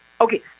Okay